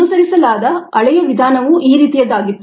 ಅನುಸರಿಸಲಾದ ಹಳೆಯ ವಿಧಾನವು ಈ ರೀತಿಯದ್ದಾಗಿತ್ತು